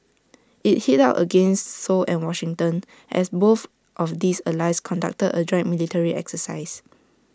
IT hit out against Seoul and Washington as both of these allies conductor A joint military exercise